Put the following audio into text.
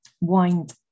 wind